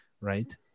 right